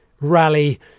rally